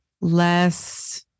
less